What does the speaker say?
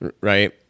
Right